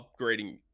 upgrading